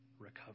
Recover